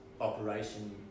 operation